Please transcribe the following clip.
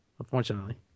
Unfortunately